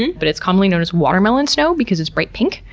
and but it's commonly known as watermelon snow because it's bright pink.